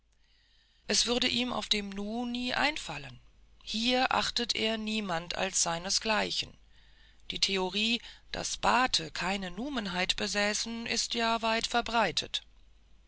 es würde ihm auf dem nu nie einfallen hier achtet er niemand als seinesgleichen die theorie daß bate keine numenheit besäßen ist ja sehr verbreitet